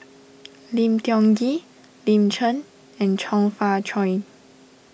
Lim Tiong Ghee Lin Chen and Chong Fah Cheong